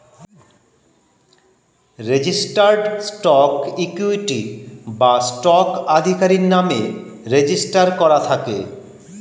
registered stock equity বা stock আধিকারির নামে রেজিস্টার করা থাকে